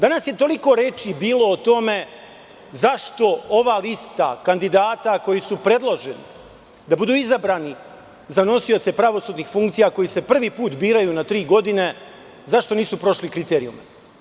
Danas je toliko reči bilo o tome zašto ova lista kandidata koji su predloženi da budu izabrani za nosioce pravosudnih funkcija, koji se prvi put biraju na tri godine, zašto nisu prošli kriterijume.